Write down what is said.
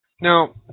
now